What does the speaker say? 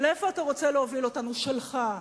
לאן אתה רוצה להוביל אותנו, שלך,